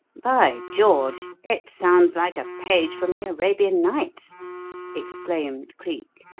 by george! it sounds like a page from the arabian nights exclaimed cleek.